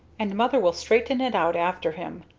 and mother will straighten it out after him!